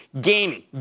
gaming